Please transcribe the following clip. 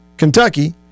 Kentucky